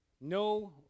No